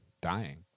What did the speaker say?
dying